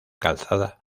calzada